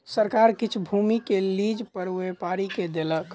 सरकार किछ भूमि के लीज पर व्यापारी के देलक